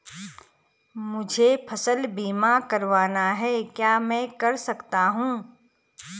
मुझे फसल बीमा करवाना है क्या मैं कर सकता हूँ?